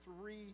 three